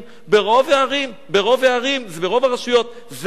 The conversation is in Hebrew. ברוב הערים, ברוב הרשויות, זה המצב.